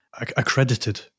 accredited